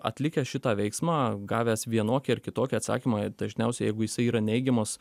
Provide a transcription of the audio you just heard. atlikęs šitą veiksmą gavęs vienokį ar kitokį atsakymą dažniausiai jeigu jisai yra neigiamas